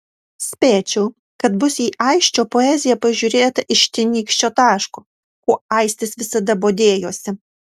spėčiau kad bus į aisčio poeziją pažiūrėta iš tenykščio taško kuo aistis visada bodėjosi